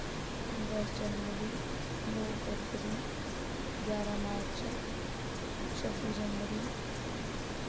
दस्स जनबरी नौ फरबरी ग्यारां मार्च छब्बी जनबरी